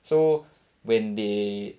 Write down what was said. so when they